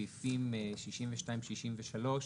סעיפים 63,62,